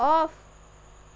off